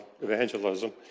evangelism